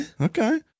Okay